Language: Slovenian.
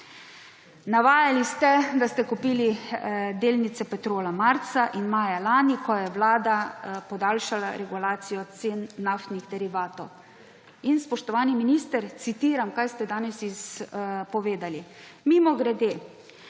Navajali ste, da ste kupili delnice Petrola marca in maja lani, ko je Vlada podaljšala regulacijo cen naftnih derivatov. Spoštovani minister, citiram, kaj ste danes povedali: »Mimogrede,